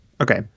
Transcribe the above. Okay